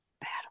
Battle